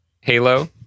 Halo